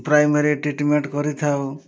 primary treatment କରିଥାଉ